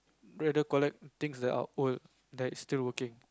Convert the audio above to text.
rather collect things that are old like still working